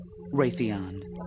Raytheon